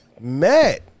Matt